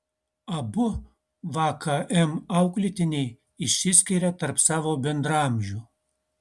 abu vkm auklėtiniai išsiskiria tarp savo bendraamžių